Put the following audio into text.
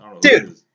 dude